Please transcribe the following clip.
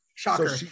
Shocker